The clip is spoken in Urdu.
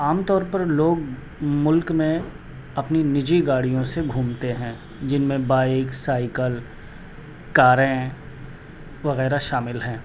عام طور پر لوگ ملک میں اپنے نجی گاڑیوں سے گھومتے ہیں جن میں بائک سائیکل کاریں وغیرہ شامل ہیں